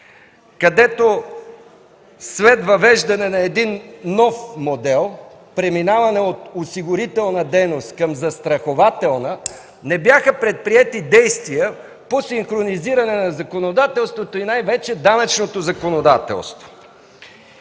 където след въвеждане на един нов модел, преминаване от осигурителна дейност към застрахователна, не бяха предприети действия по синхронизиране на законодателството и най-вече данъчното законодателство?